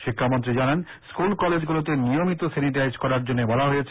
শিক্ষা মন্ত্রী জানান স্কুল কলেজ গুলোতে নিয়মিত সেনিটাইজ করার জন্য বলা হয়েছে